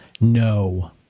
No